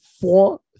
four